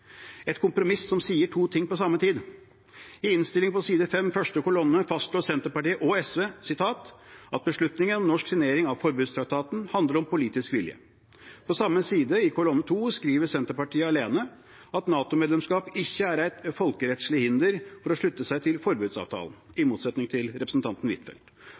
et kompromiss som sier to ting på samme tid. I innstillingen på side 5, første kolonne, fastslår Senterpartiet og SV: «… at beslutningen om norsk signering av forbudstraktaten handler om politisk vilje.» På samme side i kolonne to skriver Senterpartiet alene: «… at NATO-medlemskap ikkje er eit folkerettsleg hinder for å slutte seg til forbodsavtala.» Dette er i motsetning til representanten Huitfeldt.